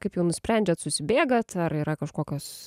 kaip jau nusprendžiat susibėgat ar yra kažkokios